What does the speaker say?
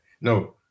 No